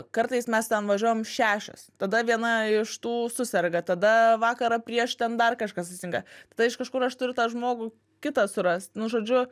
kartais mes ten važiuojam šešios tada viena iš tų suserga tada vakarą prieš ten dar kažkas atsitinka tada iš kažkur aš turiu tą žmogų kitą surast nu žodžiu